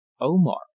Omar